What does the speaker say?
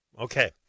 Okay